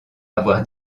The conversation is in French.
avoir